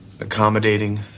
accommodating